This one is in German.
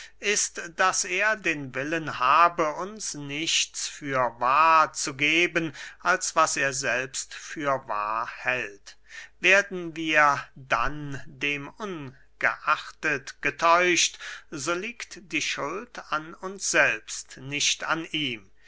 ist daß er den willen habe uns nichts für wahr zu geben als was er selbst für wahr hält werden wir dann demungeachtet getäuscht so liegt die schuld an uns selbst nicht an ihm